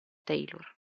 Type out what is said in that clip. taylor